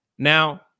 Now